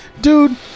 Dude